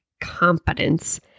competence